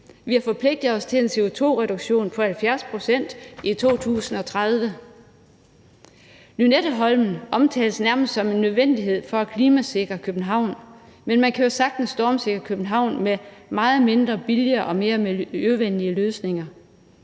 Vi har forpligtet os til en CO2-reduktion på 70 pct. i 2030. Lynetteholm omtales nærmest som en nødvendighed for at klimasikre København, men man kan jo sagtens stormflodssikre København med meget mindre og billigere og mere miljøvenlige løsninger.